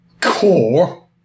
Core